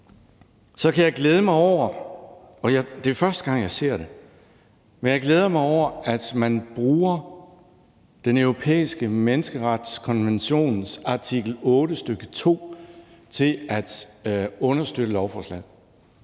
gang, jeg ser det – at man bruger Den Europæiske Menneskerettighedskonventions artikel 8, stk. 2, til at understøtte lovforslaget.